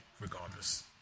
regardless